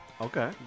Okay